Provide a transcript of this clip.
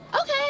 okay